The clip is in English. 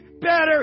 better